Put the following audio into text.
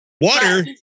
water